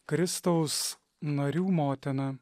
kristaus narių motina